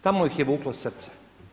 Tamo ih je vuklo srce.